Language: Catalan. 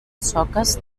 soques